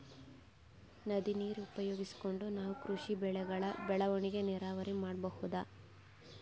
ನದಿ ನೀರ್ ಉಪಯೋಗಿಸ್ಕೊಂಡ್ ನಾವ್ ಕೃಷಿ ಬೆಳೆಗಳ್ ಬೆಳವಣಿಗಿ ನೀರಾವರಿ ಮಾಡ್ಬಹುದ್